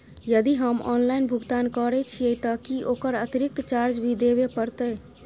यदि हम ऑनलाइन भुगतान करे छिये त की ओकर अतिरिक्त चार्ज भी देबे परतै?